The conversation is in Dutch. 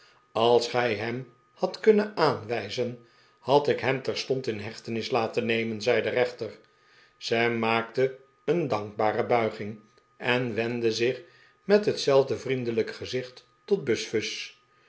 als gij hem hadt kunnen aanwijzen had ik hem terstond in hechtenis laten nemen zei de rechter sam maakte een dankbare buiging en wendde zich met hetzelfde vriendelijke gezicht tot